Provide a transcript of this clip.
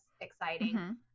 exciting